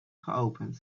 geopend